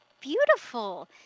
beautiful